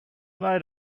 they